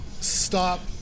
stop